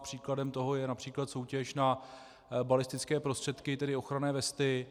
Příkladem toho je např. soutěž na balistické prostředky, tedy ochranné vesty.